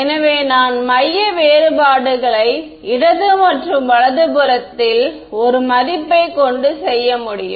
எனவே நான் மைய வேறுபாடுகளை இடது மற்றும் வலதுபுறத்தில் ஒரு மதிப்பைக் கொண்டு செய்ய முடியும்